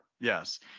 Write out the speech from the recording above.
yes